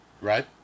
Right